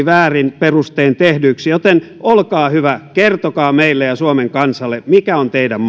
väärin perustein tehdyiksi joten olkaa hyvä kertokaa meille ja suomen kansalle mikä on teidän